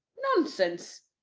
nonsense!